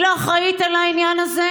היא לא אחראית לעניין הזה?